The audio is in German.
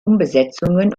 umbesetzungen